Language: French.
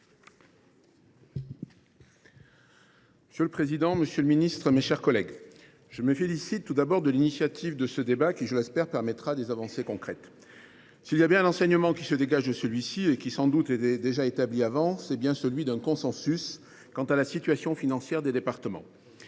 Monsieur le président, monsieur le ministre, mes chers collègues, je me félicite de la tenue de ce débat qui, j’espère, permettra des avancées concrètes. S’il y a un enseignement qui se dégage de débat, et qui sans doute était déjà établi, c’est bien celui d’un consensus quant à la situation financière des départements.